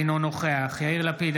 אינו נוכח יאיר לפיד,